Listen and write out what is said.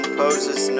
poses